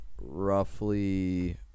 roughly